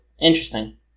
Interesting